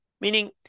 meaning